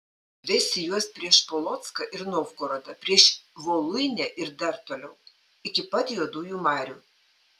vesi juos prieš polocką ir novgorodą prieš voluinę ir dar toliau iki pat juodųjų marių